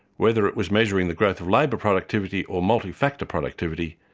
whether it was measuring the growth of labour productivity or multi-factor productivity,